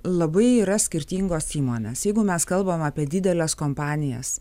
labai yra skirtingos įmonės jeigu mes kalbam apie dideles kompanijas